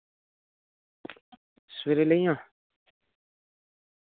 सवेरे लेई जां